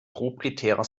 proprietärer